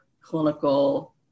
clinical